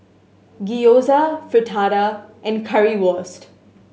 Gyoza Fritada and Currywurst